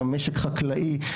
משק חקלאי,